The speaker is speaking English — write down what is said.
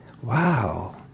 wow